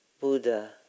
Buddha